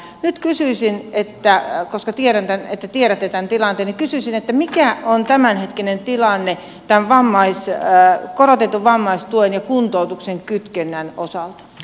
nyt kysyisin koska tiedän että tiedätte tämän tilanteen mikä on tämänhetkinen tilanne tämän korotetun vammaistuen ja kuntoutuksen kytkennän osalta